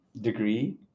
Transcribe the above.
degree